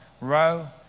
row